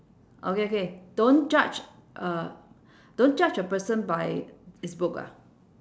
okay okay don't judge a don't judge a person by its book ah